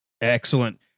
Excellent